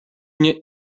nie